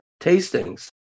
tastings